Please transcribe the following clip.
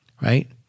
right